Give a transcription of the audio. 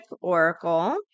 oracle